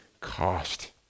cost